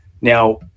Now